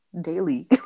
daily